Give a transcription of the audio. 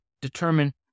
determine